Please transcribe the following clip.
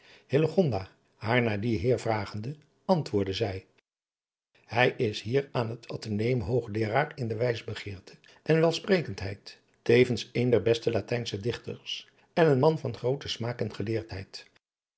haar naar dien heer vragende antwoordde zij hij is hier aan het athenaeum hoogleeraar in de wijsbegeerte en welsprekendheid tevens een der beste latijnsche dichters en een man van grooten smaak en geleerdheid